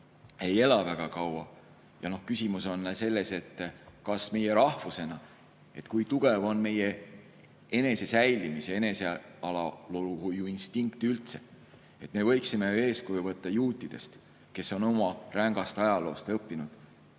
ei ela väga kaua. Küsimus on selles, et meil rahvusena, kui tugev on meie enesesäilimis‑ ja enesealalhoiuinstinkt üldse. Me võiksime eeskuju võtta juutidest, kes on oma rängast ajaloost õppinud